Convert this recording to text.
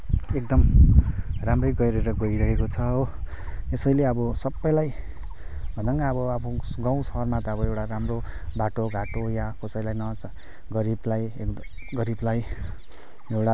एकदम राम्रै गरेर गइरहेको छ हो यसैले अब सबैलाई भन्दा पनि अब गाउँ सहरमा त अब एउटा राम्रो बाटो घाटो या कसैलाई गरिबलाई एकदो गरिबलाई एउटा